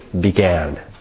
began